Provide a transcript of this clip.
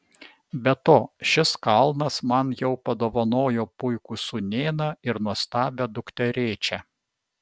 be to šis kalnas man jau padovanojo puikų sūnėną ir nuostabią dukterėčią